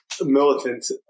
militant